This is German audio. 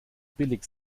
billig